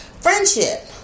friendship